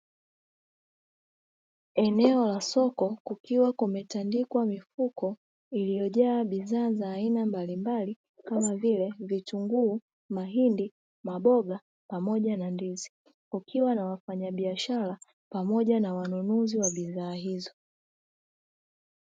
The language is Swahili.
Eneo la soko kukiwa kumetandikwa mifuko iliyojaa bidhaa za aina mbalimbali kama vile: vitunguu, mahindi, maboga pamoja na ndizi; kukiwa na wafanyabiashara pamoja na wanunuzi wa bidhaa hizo.